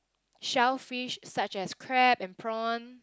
shellfish such as crab and prawn